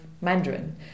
Mandarin